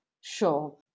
Sure